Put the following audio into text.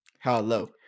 Hello